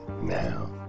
now